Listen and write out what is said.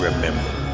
Remember